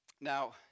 Now